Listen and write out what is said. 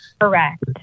Correct